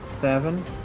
Seven